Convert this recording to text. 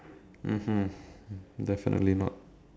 mmhmm definitely not